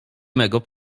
mego